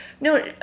No